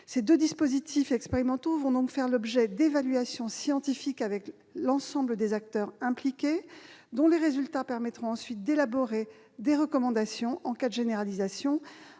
Ces deux dispositifs expérimentaux vont faire l'objet d'évaluations scientifiques avec l'ensemble des acteurs impliqués ; les résultats de ces évaluations permettront d'élaborer des recommandations en cas de généralisation.